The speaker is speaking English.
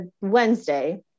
Wednesday